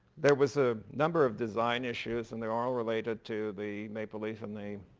there was a number of design issues and they're all related to the maple leaf and they